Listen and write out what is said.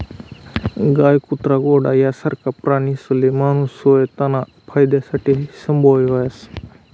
गाय, कुत्रा, घोडा यासारखा प्राणीसले माणूस स्वताना फायदासाठे संभायस